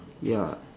ya